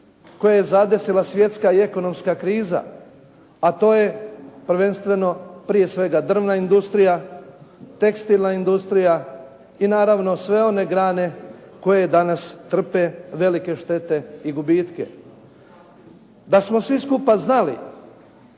koje je zadesila svjetska i ekonomska kriza, a to je prvenstveno prije svega drvna industrija, tekstilna industrija i naravno sve one grane koje danas trpe velike štete i gubitke. Da smo svi skupa znali